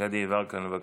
גדי יברקן, בבקשה.